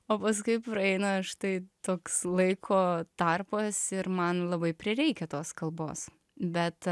o paskui praeina štai toks laiko tarpas ir man labai prireikia tos kalbos bet